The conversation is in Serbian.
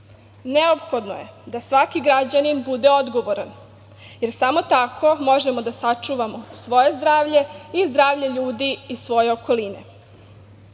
Neophodno je da svaki građanin bude odgovoran, jer samo tako možemo da sačuvamo svoje zdravlje i zdravlje ljudi iz svoje okoline. Država